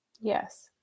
yes